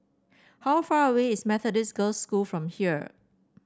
how far away is Methodist Girls' School from here